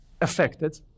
affected